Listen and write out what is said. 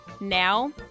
now